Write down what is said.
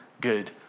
good